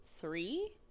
three